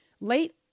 Late